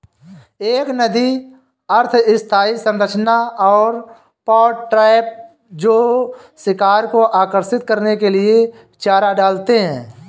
एक नदी अर्ध स्थायी संरचना और पॉट ट्रैप जो शिकार को आकर्षित करने के लिए चारा डालते हैं